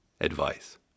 advice